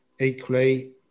Equally